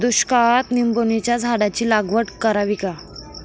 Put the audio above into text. दुष्काळात निंबोणीच्या झाडाची लागवड करावी का?